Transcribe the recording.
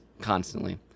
constantly